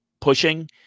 pushing